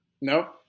No